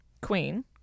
Queen